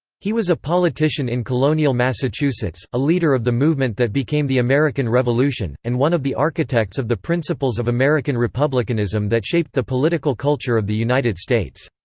he was a politician in colonial massachusetts, a leader of the movement that became the american revolution, and one of the architects of the principles of american republicanism that shaped the political culture of the united states.